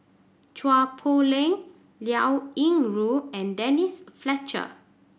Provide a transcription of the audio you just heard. Chua Poh Leng Liao Yingru and Denise Fletcher